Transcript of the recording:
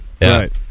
Right